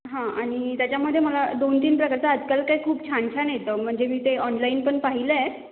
हां आणि त्याच्यामध्ये मला दोनतीन प्रकारचं आजकाल काय खूप छानछान येतं म्हणजे मी ते ऑनलाईन पण पाहिलं आहे